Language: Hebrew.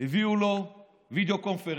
הביאו לו video conference,